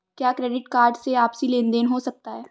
क्या credit card से आपसी लेनदेन हो सकता है?